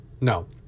No